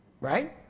Right